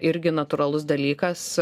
irgi natūralus dalykas